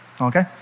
okay